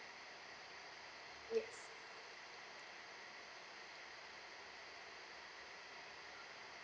yes